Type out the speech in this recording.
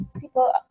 people